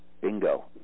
bingo